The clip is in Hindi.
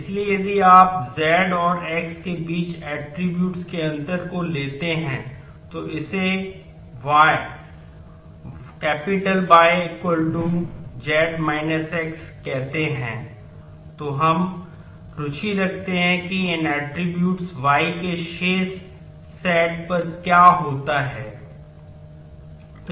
इसलिए यदि आप z और x के बीच ऐट्रिब्यूट्स y के शेष सेट पर क्या होता है